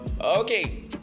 okay